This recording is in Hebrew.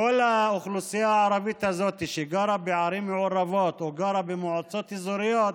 כל האוכלוסייה הערבית הזאת שגרה בערים מעורבות או גרה במועצות אזוריות,